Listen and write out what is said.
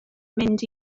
mynd